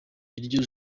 iryo